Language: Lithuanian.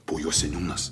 po juo seniūnas